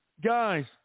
Guys